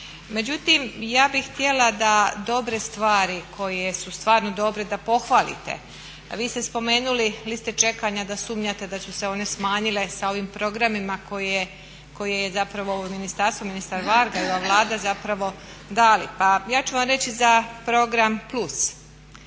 Međutim, ja bih htjela da dobre stvari koje su stvarno dobre da pohvalite, a vi ste spomenuli liste čekanja da sumnjate da su one smanjile sa ovim programima koje je ministarstvo, ministar Varga i ova Vlada zapravo dali. Pa ja ću vam reći za program plus.